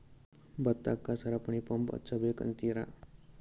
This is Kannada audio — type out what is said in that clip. ಭತ್ತಕ್ಕ ಸರಪಣಿ ಪಂಪ್ ಹಚ್ಚಬೇಕ್ ಅಂತಿರಾ?